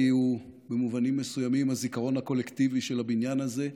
כי במובנים מסוימים הוא הזיכרון הקולקטיבי של הבניין הזה.